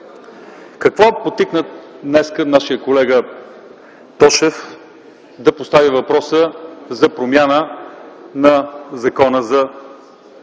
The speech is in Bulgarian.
Какво подтикна днес нашият колега Тошев да постави въпроса за промяна на Закона за